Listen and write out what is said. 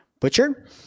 Butcher